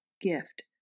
gift